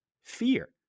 fear